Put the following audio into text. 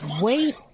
wait